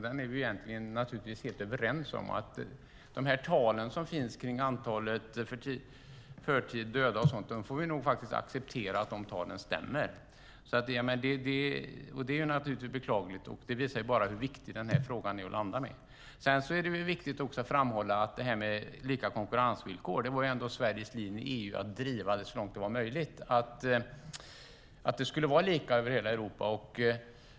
Vi får nog dess värre acceptera att talen på de för tidigt döda stämmer. Det visar hur viktig det är att landa denna fråga. Det är också viktigt att framhålla lika konkurrensvillkor. Det var Sveriges linje i EU att så långt som möjligt driva att det skulle vara lika i hela Europa.